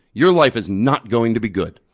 your life is not going to be good.